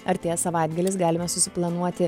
artėja savaitgalis galime susiplanuoti